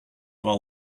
while